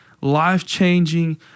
life-changing